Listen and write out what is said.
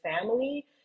family